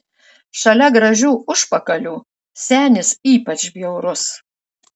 šalia gražių užpakalių senis ypač bjaurus